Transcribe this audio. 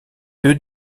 deux